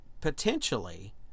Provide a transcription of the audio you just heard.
potentially